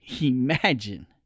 imagine